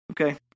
okay